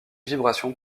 vibrations